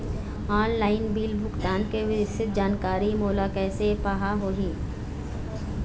Online bill भुगतान के विस्तृत जानकारी मोला कैसे पाहां होही?